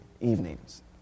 evenings